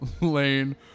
lane